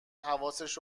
حواسش